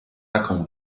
taką